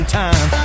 time